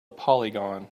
polygon